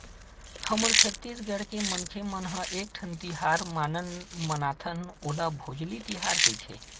हमर छत्तीसगढ़ के मनखे मन ह एकठन तिहार हमन मनाथन ओला भोजली तिहार कइथे